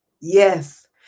yes